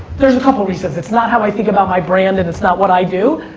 there's a couple of reasons. it's not how i think about my brand, and it's not what i do.